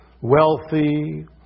wealthy